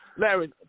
Larry